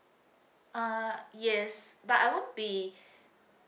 uh yes but I won't be